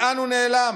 לאן הוא נעלם?